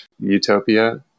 utopia